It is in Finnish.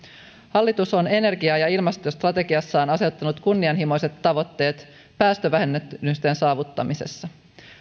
hallitus on energia ja ilmastostrategiassaan asettanut kunnianhimoiset tavoitteet päästövähennysten saavuttamisessa